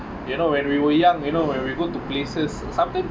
you know when we were young you know when we go to places sometime